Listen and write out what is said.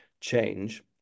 change